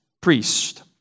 priest